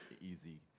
easy